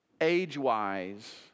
age-wise